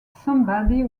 somebody